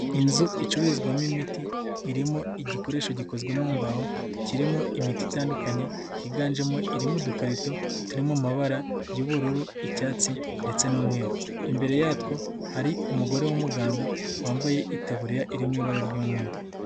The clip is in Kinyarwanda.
Inzu icururizwamo imiti irimo igikoresho gikozwe mu mbaho kirimo imiti itandukanye higanjemo iri mu dukarito turi mu mabara y'ubururu, icyatsi ndetse n'umweru, imbere yatwo hari umugore w'umuganga wambaye itaburiya iri mu ibara ry'umweru.